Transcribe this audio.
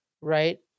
right